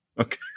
Okay